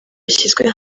yashyizwe